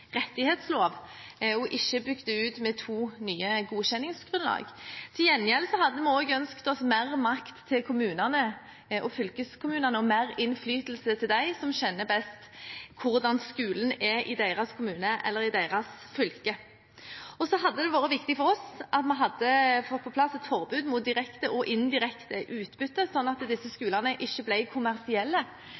rettighetslov og ikke bygd det ut med to nye godkjenningsgrunnlag. Til gjengjeld hadde vi også ønsket oss mer makt til kommunene og fylkeskommunene og mer innflytelse til dem som kjenner best til hvordan skolene i deres kommune eller i deres fylke er. Så hadde det vært viktig for oss at vi hadde fått på plass et forbud mot direkte og indirekte utbytte, slik at disse skolene ikke hadde blitt kommersielle,